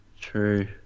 true